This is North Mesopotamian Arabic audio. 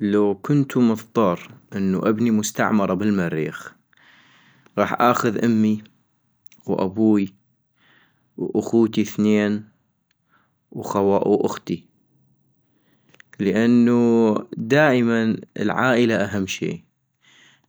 لو كنتو مضطر انو ابني مستعمرة بالمريخ ،غاح اخذ امي وابوي واخوتي ثنين وخوا-واختي ، لانو دائما العائلة اهم شي،